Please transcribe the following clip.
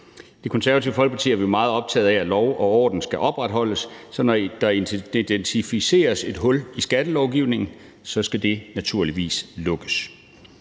Det Konservative Folkeparti er vi meget optaget af, at lov og orden skal opretholdes, så når der identificeres et hul i skattelovgivningen, skal det naturligvis lukkes.